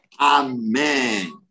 Amen